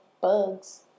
bugs